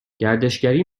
گردشگری